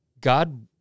God